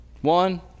One